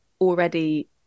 already